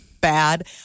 bad